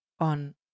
on